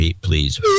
please